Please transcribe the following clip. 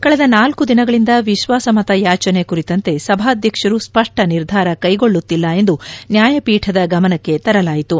ಕಳೆದ ನಾಲ್ಕು ದಿನಗಳಿಂದ ವಿಶ್ಲಾಸಮತ ಯಾಚನೆ ಕುರಿತಂತೆ ಸಭಾಧ್ಯಕ್ಷರು ಸ್ಪಷ್ಲ ನಿರ್ಧಾರ ಕೈಗೊಳ್ಳುತ್ತಿಲ್ಲ ಎಂದು ನ್ಯಾಯಪೀಠದ ಗಮನಕ್ಕೆ ತರಲಾಯಿತು